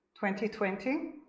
2020